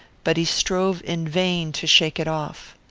but he strove in vain to shake it off.